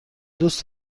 دوست